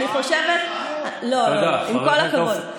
עם כל הכבוד.